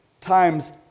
times